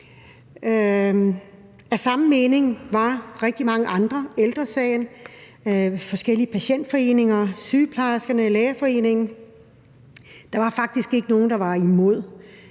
Af samme mening var også rigtig mange andre: Ældre Sagen, forskellige patientforeninger, sygeplejerskerne og Lægeforeningen, ja, der var faktisk ikke nogen, der var imod.